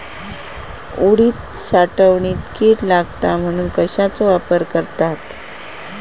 उडीद साठवणीत कीड लागात म्हणून कश्याचो वापर करतत?